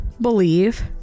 believe